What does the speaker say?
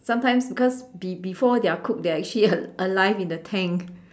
sometimes because be~ before they are cooked they are actually alive in the tank